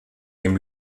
dem